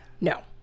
No